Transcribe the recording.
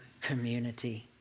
community